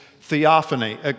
theophany